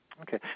Okay